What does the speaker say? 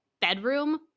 bedroom